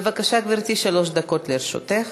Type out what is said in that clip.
בבקשה, גברתי, שלוש דקות לרשותך.